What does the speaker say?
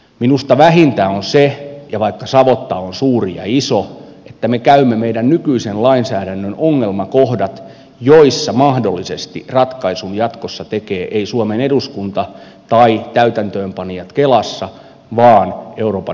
minusta vähintä on se vaikka savotta on suuri ja iso että me käymme meidän nykyisen lainsäädännön ongelmakohdat joissa mahdollisesti ratkaisun jatkossa tekee ei suomen eduskunta tai täytäntöönpanijat kelassa vaan euroopan tuomioistuin